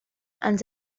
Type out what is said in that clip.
and